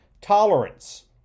Tolerance